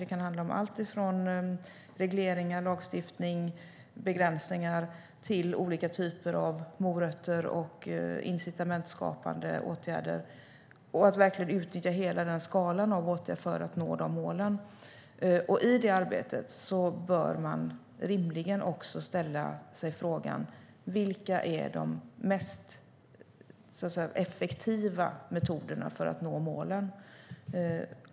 Det kan handla om allt från regleringar, lagstiftning och begränsningar till olika typer av morötter och incitamentsskapande åtgärder och att verkligen utnyttja hela skalan av åtgärder för att nå målen. I det arbetet bör man rimligen ställa sig frågan vilka de mest effektiva metoderna för att nå målen är.